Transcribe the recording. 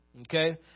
Okay